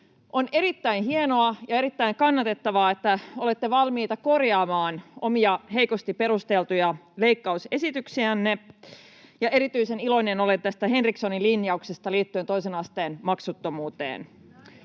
On erittäin hienoa ja erittäin kannatettavaa, että olette valmiita korjaamaan omia heikosti perusteltuja leikkausesityksiänne, ja erityisen iloinen olen tästä Henrikssonin linjauksesta liittyen toisen asteen maksuttomuuteen.